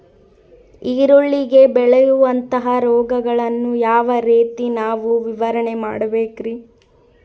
ಈರುಳ್ಳಿಗೆ ಬೇಳುವಂತಹ ರೋಗಗಳನ್ನು ಯಾವ ರೇತಿ ನಾವು ನಿವಾರಣೆ ಮಾಡಬೇಕ್ರಿ?